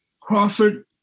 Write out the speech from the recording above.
Crawford